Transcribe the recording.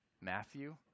Matthew